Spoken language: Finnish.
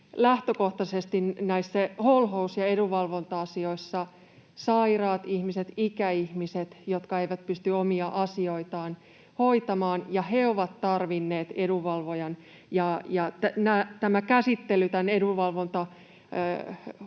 lähtökohtaisesti näissä holhous‑ ja edunvalvonta-asioissa ovat sairaat ihmiset, ikäihmiset, jotka eivät pysty omia asioitaan hoitamaan. He ovat tarvinneet edunvalvojan, ja tämä käsittely tämän edunvalvontahoitajan